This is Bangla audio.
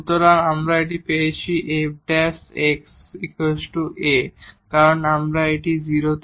সুতরাং আমরা এটি এখানে পেয়েছি f A কারণ এটি 0